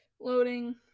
loading